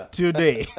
today